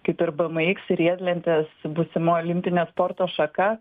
kaip ir bmx riedlentės būsimoji olimpinė sporto šaka